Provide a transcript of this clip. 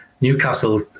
Newcastle